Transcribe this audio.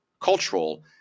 cultural